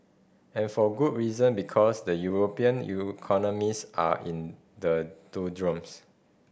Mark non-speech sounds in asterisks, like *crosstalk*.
and for good reason because the European *unintelligible* are in the doldrums